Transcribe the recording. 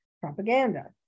propaganda